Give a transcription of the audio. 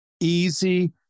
easy